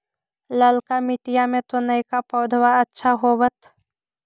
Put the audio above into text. ललका मिटीया मे तो नयका पौधबा अच्छा होबत?